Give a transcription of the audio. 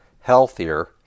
healthier